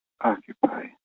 occupy